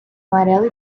amarelo